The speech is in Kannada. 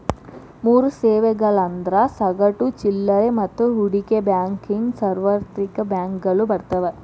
ಮೂರ್ ಸೇವೆಗಳಂದ್ರ ಸಗಟು ಚಿಲ್ಲರೆ ಮತ್ತ ಹೂಡಿಕೆ ಬ್ಯಾಂಕಿಂಗ್ ಸಾರ್ವತ್ರಿಕ ಬ್ಯಾಂಕಗಳು ಬರ್ತಾವ